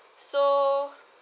so